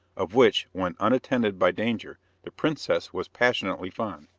of which, when unattended by danger, the princess was passionately fond.